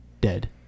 Dead